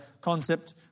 concept